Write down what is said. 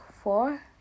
four